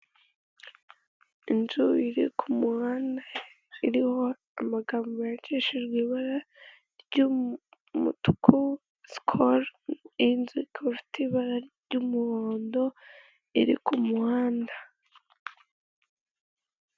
Inzu iri ku muhanda iriho amagambo yandikishijwe ibara ry'umutuku, ''sikoro'', inzu ariko ifite ibara ry'umuhondo iri ku muhanda.